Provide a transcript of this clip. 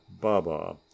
baba